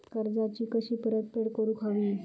कर्जाची कशी परतफेड करूक हवी?